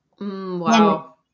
Wow